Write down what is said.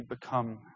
become